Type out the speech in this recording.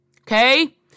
Okay